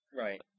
Right